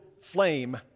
flame